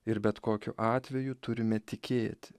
ir bet kokiu atveju turime tikėti